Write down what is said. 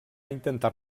intentar